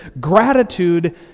gratitude